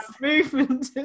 Movement